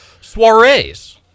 soirees